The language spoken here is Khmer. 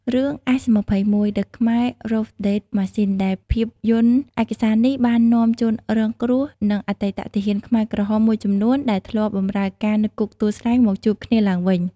រឿង S21: The Khmer Rouge Death Machine ដែល ភាពយន្តឯកសារនេះបាននាំជនរងគ្រោះ និងអតីតទាហានខ្មែរក្រហមមួយចំនួនដែលធ្លាប់បម្រើការនៅគុកទួលស្លែង មកជួបគ្នាឡើងវិញ។